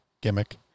gimmick